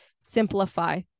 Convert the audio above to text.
simplify